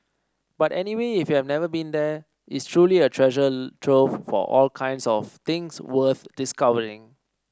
but anyway if you've never been there it's truly a treasure trove of all kinds of things worth discovering